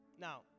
Now